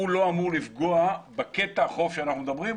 הוא לא אמור לפגוע בקטע החוף עליו אנחנו מדברים.